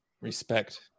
respect –